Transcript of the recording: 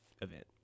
event